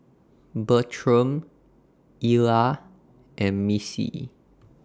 Bertram Illa and Missie